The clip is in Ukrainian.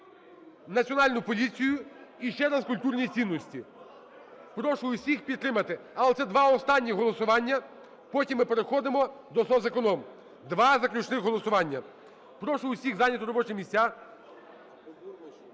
Національну поліцію і ще раз – культурні цінності. Прошу усіх підтримати. А оце два останніх голосування. Потім ми переходимо до соцеконом. Два заключних голосування. Прошу усіх зайняти робочі місця.